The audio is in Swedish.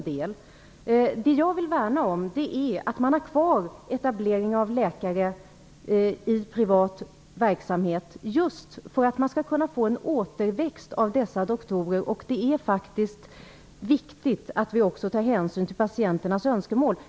Det jag vill värna om är att man har kvar etableringen av läkare i privat verksamhet just för att få en återväxt av dessa doktorer. Det är viktigt att vi också tar hänsyn till patienternas önskemål.